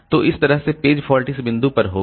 तो इस तरह से पेज फॉल्ट इस बिंदु पर होगा